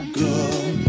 good